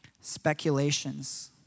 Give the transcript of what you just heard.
Speculations